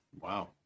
Wow